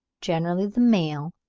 generally the male,